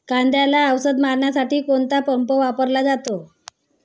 कांद्याला औषध मारण्यासाठी कोणता पंप वापरला जातो?